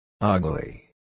Ugly